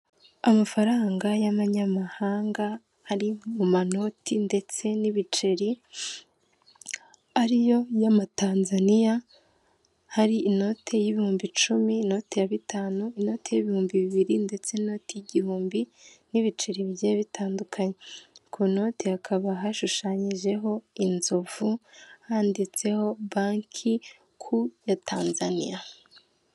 Amafaranga y'abanyamahanga ari mu manote ndetse n'ibiceri ariyo y'amatanzaniya, hari inote y'ibihumbi icumi, inote ya bitanu, inote y'ibihumbi bibiri ndetse n'inote y'igihumbi n'ibiceri bigiye bitandukanye, ku note hakaba hashushanyijeho inzovu handitseho banki ku ya Tanzaniya.